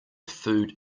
food